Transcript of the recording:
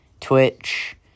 Twitch